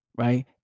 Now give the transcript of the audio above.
right